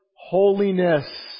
holiness